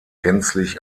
gänzlich